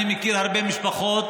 אני מכיר הרבה משפחות